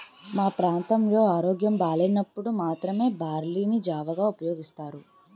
మా ప్రాంతంలో ఆరోగ్యం బాగోలేనప్పుడు మాత్రమే బార్లీ ని జావగా ఉపయోగిస్తారు